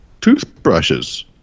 toothbrushes